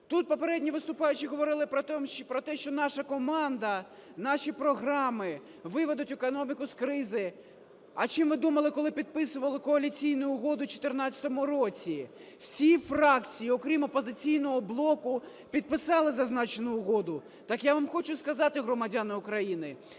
Тут попередні виступаючі говорили про те, що наша команда, наші програми виведуть економіку з кризи. А чим ви думали, коли підписували коаліційну угоду в 14-му році? Всі фракції, окрім "Опозиційного блоку", підписали зазначену угоду. Так я вам хочу сказати, громадяни України,